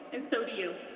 and so do you.